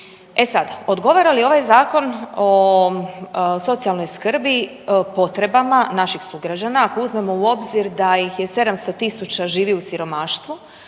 E sad, odgovara li ovaj Zakon o socijalnoj skrbi potrebama naših sugrađana ako uzmemo u obzir da ih je 700 tisuća živi u siromaštvu,